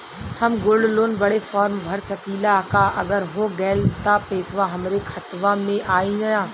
हम gold loan बड़े form भर सकी ला का अगर हो गैल त पेसवा हमरे खतवा में आई ना?